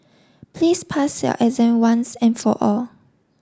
please pass your exam once and for all